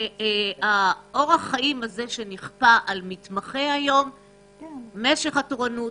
אורח החיים הזה, משך התורנות,